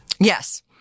Yes